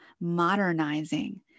modernizing